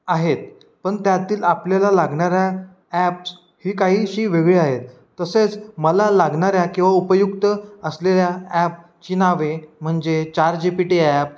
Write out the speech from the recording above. आहेत पण त्यातील आपल्याला लागणाऱ्या ॲप्स ही काहीशी वेगळी आहेत तसेच मला लागणाऱ्या किंवा उपयुक्त असलेल्या ॲपची नावे म्हणजे Chat G P T app